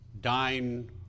dine